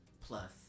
plus